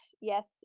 yes